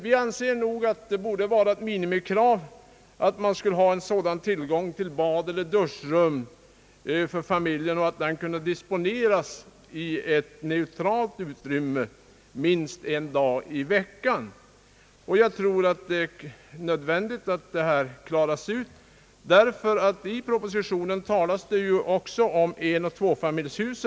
Vi anser att minimikravet för familjer borde vara tillgång till badeller duschrum i neutralt utrymme, disponibelt minst en dag i veckan. Det är nödvändigt att dessa problem klaras ut, ty i propositionen talas det också om enoch tvåfamiljshus.